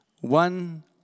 One